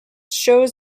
shows